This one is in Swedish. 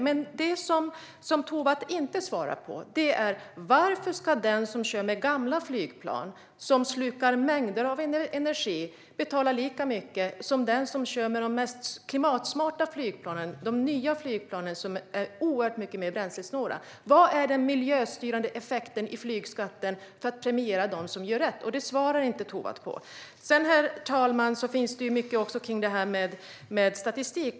Men det som Tovatt inte svarar på är: Varför ska den som kör med gamla flygplan, som slukar mängder av energi, betala lika mycket som den som kör med de mest klimatsmarta flygplanen, de nya flygplanen, som är oerhört mycket mer bränslesnåla? Var är den miljöstyrande effekten i flygskatten för att premiera dem som gör rätt? Det svarar inte Tovatt på. Herr talman! Det finns också mycket kring detta med statistik.